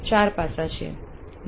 ચાર પાસાં છે